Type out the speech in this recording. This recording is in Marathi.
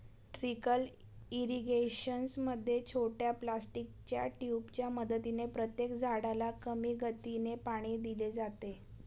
ट्रीकल इरिगेशन मध्ये छोट्या प्लास्टिकच्या ट्यूबांच्या मदतीने प्रत्येक झाडाला कमी गतीने पाणी दिले जाते